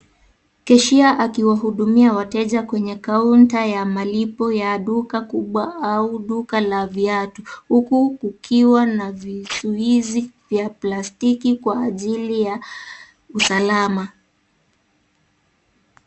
Kashia akiwahudumia wateja kwenye kaunta ya malipo ya duka kubwa au duka la viatu huku kukiwa na vizuizi vya plastiki kwa ajili ya usalama.